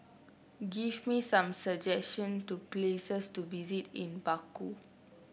give me some suggestions for places to visit in Baku